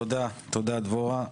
תודה דבורה.